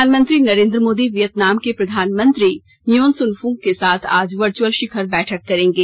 प्रधानमंत्री नरेन्द्र मोदी वियतनाम के प्रधानमंत्री नूयेन सुन फूंग के साथ आज वर्चअल शिखर बैठक करेंगे